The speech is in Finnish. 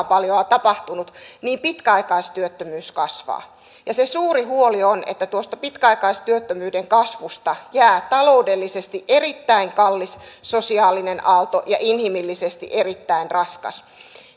paljoa tapahtunut niin pitkäaikaistyöttömyys kasvaa ja se suuri huoli on että tuosta pitkäaikaistyöttömyyden kasvusta jää taloudellisesti erittäin kallis sosiaalinen aalto ja inhimillisesti erittäin raskas